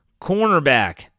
cornerback